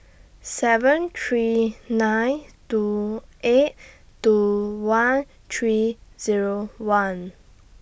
seven three nine two eight two one three Zero one